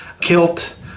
kilt